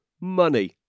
money